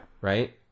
Right